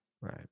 Right